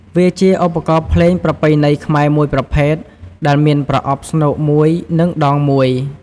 វាជាឧបករណ៍ភ្លេងប្រពៃណីខ្មែរមួយប្រភេទ ដែលមានប្រអប់ស្នូកមួយ និងដងមួយ ។